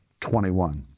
21